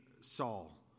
Saul